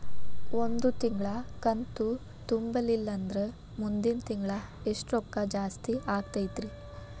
ಒಂದು ತಿಂಗಳಾ ಕಂತು ತುಂಬಲಿಲ್ಲಂದ್ರ ಮುಂದಿನ ತಿಂಗಳಾ ಎಷ್ಟ ರೊಕ್ಕ ಜಾಸ್ತಿ ಆಗತೈತ್ರಿ?